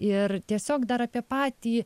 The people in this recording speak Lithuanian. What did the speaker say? ir tiesiog dar apie patį